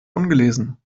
ungelesen